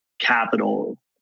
capital